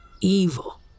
evil